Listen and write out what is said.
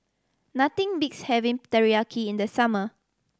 nothing beats having Teriyaki in the summer